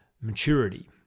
maturity